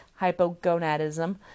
hypogonadism